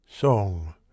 Song